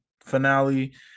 finale